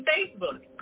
Facebook